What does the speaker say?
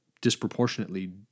disproportionately